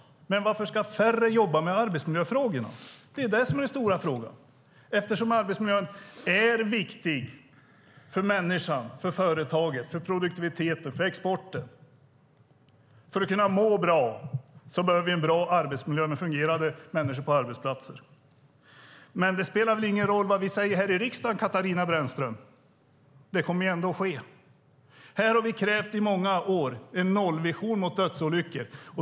Men varför ska färre jobba med arbetsmiljöfrågorna? Det är den stora frågan. Arbetsmiljön är viktig för människan, för företaget, för produktiviteten och för exporten. För att vi ska kunna må bra behöver vi en bra arbetsmiljö med fungerande människor på arbetsplatserna. Men det spelar väl ingen roll vad vi säger här i riksdagen, Katarina Brännström? Det kommer ändå att ske. Här har vi i många år krävt en nollvision mot dödsolyckor.